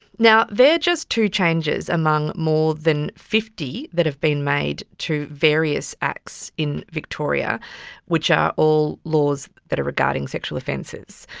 now, they are just two changes among more than fifty that have been made to various acts in victoria which are all laws that are regarding sexual offences.